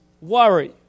Worry